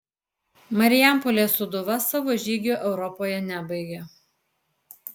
marijampolės sūduva savo žygio europoje nebaigė